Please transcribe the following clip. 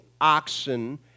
oxen